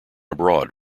abroad